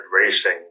racing